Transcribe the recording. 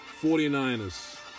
49ers